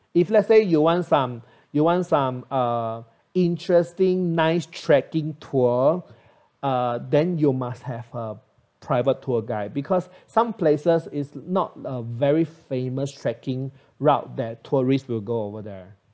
if let's say you want some you want some uh interesting nice trekking tour uh then you must have a private tour guide because some places is not a very famous trekking route that tourist will go over there